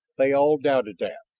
they all doubted that.